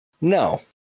No